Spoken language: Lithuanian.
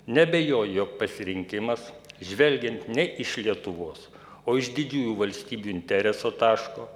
neabejoju jog pasirinkimas žvelgiant ne iš lietuvos o iš didžiųjų valstybių intereso taško